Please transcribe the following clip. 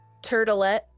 Turtlet